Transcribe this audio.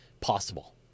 possible